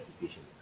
education